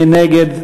מי נגד?